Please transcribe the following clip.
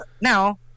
now